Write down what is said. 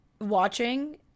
watching